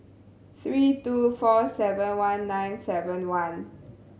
three two four seven one nine seven one